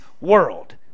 world